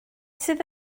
sydd